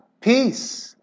peace